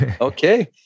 Okay